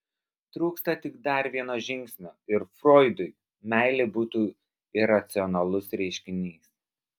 trūksta tik dar vieno žingsnio ir froidui meilė būtų iracionalus reiškinys